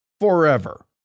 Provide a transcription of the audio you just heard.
forever